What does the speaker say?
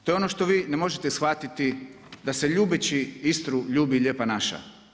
To je ono što vi ne možete shvatiti da se ljubeći Istru ljubi Lijepa naša.